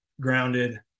grounded